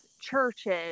churches